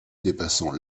dépassant